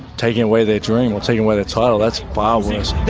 taking away their dream or taking away their title. that's far